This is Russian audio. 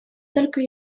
только